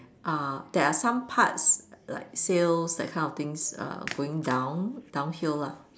uh there are some parts like sales that kind of things are going down downhill lah